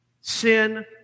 Sin